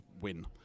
win